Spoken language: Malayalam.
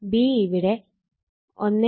So B ഇവിടെ 1